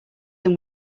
them